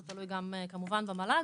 זה תלוי גם כמובן במל"ג,